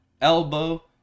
elbow